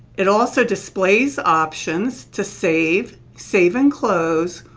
it also displays options to save, save and close,